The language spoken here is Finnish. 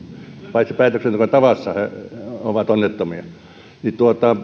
tavassa päätöksenteon tavassa he ovat onnettomia